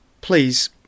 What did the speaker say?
please